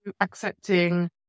accepting